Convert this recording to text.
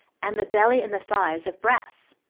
and the belly and the thighs of brass,